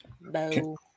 Bo